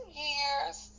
years